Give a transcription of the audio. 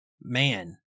man